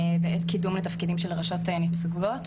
ואת קידום התפקידים של ראשות הנציבויות,